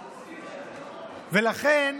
ולכן,